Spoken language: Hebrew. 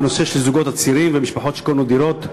בנושא של הזוגות הצעירים והמשפחות שקונים דירות.